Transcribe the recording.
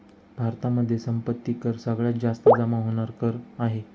भारतामध्ये संपत्ती कर सगळ्यात जास्त जमा होणार कर आहे